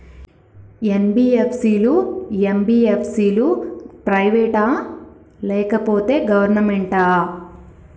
NBFC లు, MBFC లు private ఆ లేకపోతే గవర్నమెంటా?